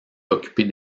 occuper